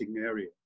area